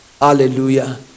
Hallelujah